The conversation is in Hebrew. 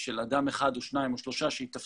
של אדם אחד או שניים או שלושה שייתפסו,